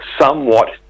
somewhat